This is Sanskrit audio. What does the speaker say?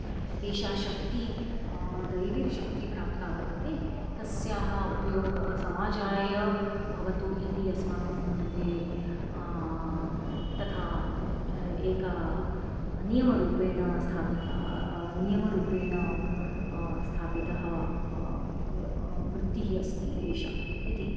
एषा शक्तिः दैविशक्तिः प्राप्ता वर्तते तस्याः उपयोगः समाजाय भवतु इति अस्माकं कृते तथा एका नियमरूपेण स्थापिता नियमरूपेण स्थापिता वृत्तिः अस्ति एषा इति